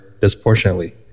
disproportionately